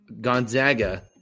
Gonzaga